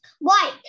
White